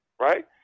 right